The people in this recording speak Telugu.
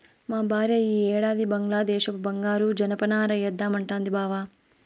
మా భార్య ఈ ఏడాది బంగ్లాదేశపు బంగారు జనపనార ఏద్దామంటాంది బావ